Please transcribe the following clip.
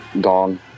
gone